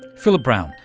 phillip brown,